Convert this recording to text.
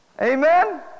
Amen